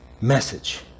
message